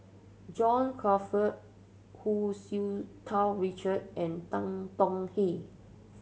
John Crawfurd Hu Tsu Tau Richard and Tan Tong Hye